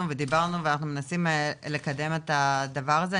ודיברנו ואנחנו מנסים לקדם את הדבר הזה.